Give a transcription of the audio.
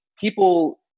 people